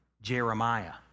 Jeremiah